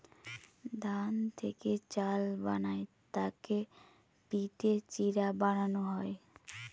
ধান থেকে চাল বানায় তাকে পিটে চিড়া বানানো হয়